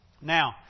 Now